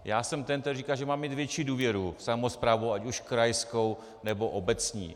Já jsem ten, který říká, že máme mít větší důvěru v samosprávu, ať už krajskou, nebo obecní.